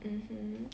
mmhmm